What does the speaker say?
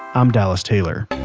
i'm dallas taylor.